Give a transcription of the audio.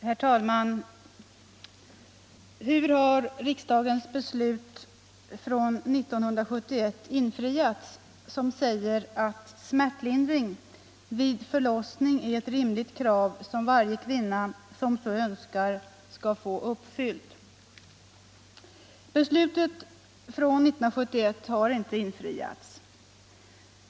Herr talman! Hur har riksdagens beslut från 1971 om smärtlindring vid förlossning infriats? Det säger att smärtlindring vid förlossning är ett rimligt krav som varje kvinna som så önskar skall få uppfyllt. Beslutet från 1971 har inte infriats.